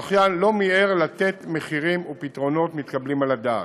הזכיין לא מיהר לתת מחירים ופתרונות מתקבלים על הדעת.